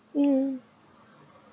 mm